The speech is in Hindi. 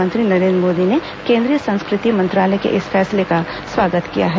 प्रधानमंत्री नरेन्द्र मोदी ने केंद्रीय संस्कृति मंत्रालय के इस फैसले का स्वागत किया है